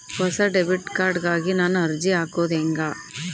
ಹೊಸ debit card ಗಾಗಿ ನಾನು ಅರ್ಜಿ ಹಾಕೊದು ಹೆಂಗ?